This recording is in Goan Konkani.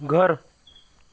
घर